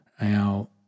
now